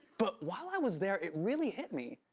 but while i was there, it really hit me.